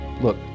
Look